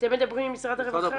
אתם מדברים עם משרד הרווחה?